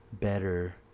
better